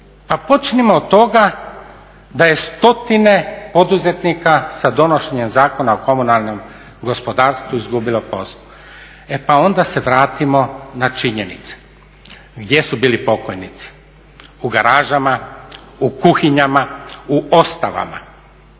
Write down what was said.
Pa počnimo od toga da je stotine poduzetnika sa donošenjem Zakona o komunalnom gospodarstvu izgubilo posao. E pa onda se vratimo na činjenice. Gdje su bili pokojnici? U garažama, u kuhinjama, u ostavama.